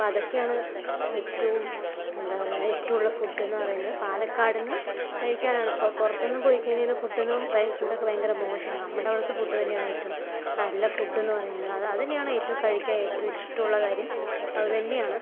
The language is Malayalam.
അപ്പോൾ അതൊക്കെയാണ് ഏറ്റവും എന്താ പറയുക ഇഷ്ടമുള്ള ഫുഡ് എന്നു പറയുന്നത് പാലക്കാടു നിന്ന് കഴിക്കാനാണ് പുറത്തൊന്നും പോയിക്കഴിഞ്ഞു കഴിഞ്ഞാൽ ഫുഡ് ഒന്നും ഫുഡ് ഒക്കെ ഭയങ്കര മോശമാണ് നമ്മുടെ അവിടുത്തെ ഫുഡ് തന്നെയാണ് ഏറ്റവും നല്ല ഫുഡ് എന്നു പറയുന്നത് അതു തന്നെയാണ് ഏറ്റവും കഴിക്കാന് ഏറ്റവും ഇഷ്ടമുള്ള കാര്യം അതു തന്നെയാണ്